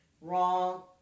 Wrong